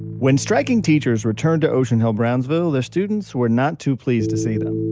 when striking teachers returned to ocean hill-brownsville, their students were not too pleased to see them.